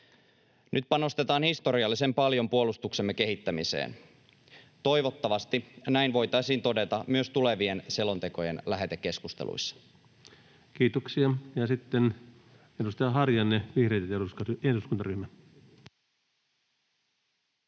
Nyt panostetaan historiallisen paljon puolustuksemme kehittämiseen. Toivottavasti näin voitaisiin todeta myös tulevien selontekojen lähetekeskusteluissa. Kiitoksia. — Sitten edustaja Harjanne, vihreiden eduskuntaryhmä.